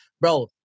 bro